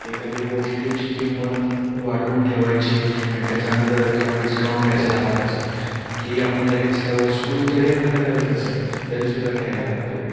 एखादी गोष्टीची किंमत वाढवून ठेवायची आणि त्याच्यानंतर त्याच्यावर डिस्काउंट आहे असं दाखवायचं की आपण लगेच त्या वस्तू जरी आपल्याला गरज नसेल तरीसुद्धा घ्यायला लागतो